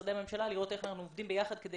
משרדי הממשלה לראות איך אנחנו עובדים ביחד כדי